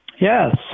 yes